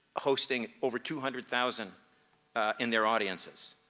hosting over two hundred thousand in their audiences.